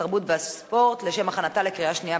התרבות והספורט נתקבלה.